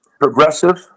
progressive